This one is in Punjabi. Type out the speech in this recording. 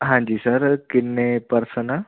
ਹਾਂਜੀ ਸਰ ਕਿੰਨੇ ਪਰਸਨ ਆ